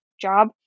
job